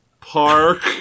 Park